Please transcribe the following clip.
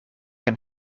een